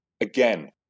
Again